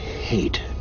hate